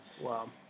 Wow